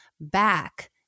back